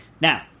Now